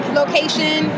location